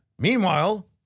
Meanwhile